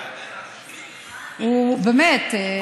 באמת,